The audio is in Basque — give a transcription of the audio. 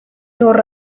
horra